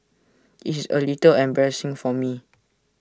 IT is A little embarrassing for me